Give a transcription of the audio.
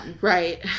Right